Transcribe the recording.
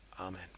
Amen